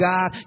God